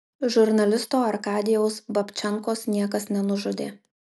žurnalisto arkadijaus babčenkos niekas nenužudė